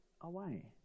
away